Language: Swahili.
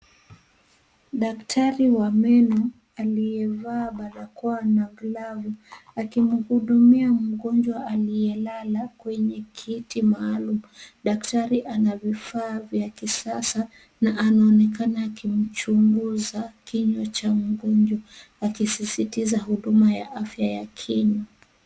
Daktari wa meno aliyevaa barakoa na glavu akimhudumia mgonjwa aliyelala kwenye kiti maalum. Daktari ana vifaa vya kisasa na anonekana na anaonekana akimchunguza kinywa cha mgonjwa akisisitiza huduma ya afya ya kinywa.